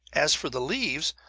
as for the leaves,